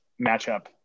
matchup